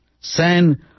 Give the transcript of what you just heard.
San